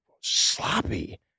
sloppy